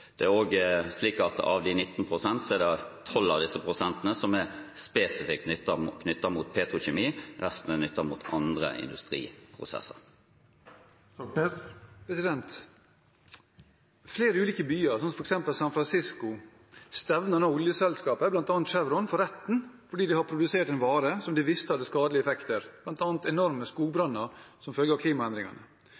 Det er også slik at av de 19 pst. er 12 pst. spesifikt knyttet til petrokjemi, resten er knyttet til andre industriprosesser. Flere ulike byer, f.eks. San Fransisco, stevner nå oljeselskaper, bl.a. Chevron, for retten fordi de har produsert en vare som de visste hadde skadelige effekter, bl.a. enorme